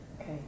Okay